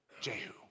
Jehu